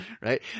right